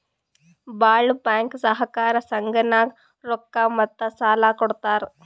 ಭಾಳ್ ಬ್ಯಾಂಕ್ ಸಹಕಾರ ಸಂಘನಾಗ್ ರೊಕ್ಕಾ ಮತ್ತ ಸಾಲಾ ಕೊಡ್ತಾರ್